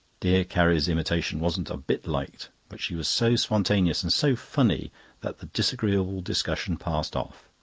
dear carrie's imitation wasn't a bit liked, but she was so spontaneous and so funny that the disagreeable discussion passed off.